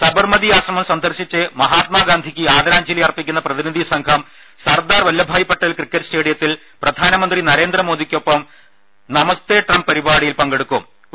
സബർമതി ആശ്രമം സന്ദർശിച്ച് മഹാത്മാഗാന്ധിയ്ക്ക് ആദരാജ്ഞലി അർപ്പിക്കുന്ന് പ്രതിനിധി സംഘം സർദാർ വല്ലഭായ് പട്ടേൽ ക്രിക്കറ്റ് സ്റ്റേഡിയത്തിൽ പ്രധാനമന്ത്രി നരേന്ദ്രമോദിക്കൊപ്പം നമസ്തേ ട്രംപ് പരിപാടിയിൽ പങ്കെടുക്കും